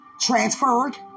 transferred